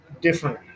different